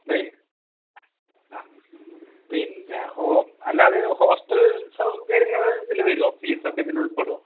ളേയ് ആ പിന്നെ ഓ അല്ലാതെ ഹോസ്റ്റൽ സൗകര്യങ്ങള് ഇതില് വരുവോ ഫീസൊക്കെ ഇതില് ഉൾപ്പെടുവോ